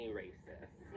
racist